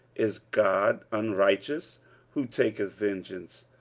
is god unrighteous who taketh vengeance?